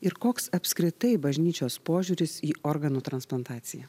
ir koks apskritai bažnyčios požiūris į organų transplantaciją